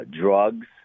drugs